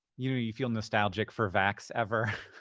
you you feel nostalgic for vax ever?